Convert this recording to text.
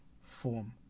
form